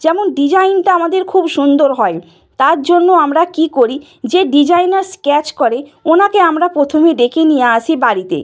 যেমন ডিজাইনটা আমাদের খুব সুন্দর হয় তার জন্য আমরা কী করি যে ডিজাইনার স্কেচ করে ওনাকে আমরা প্রথমে ডেকে নিয়ে আসি বাড়িতে